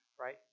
right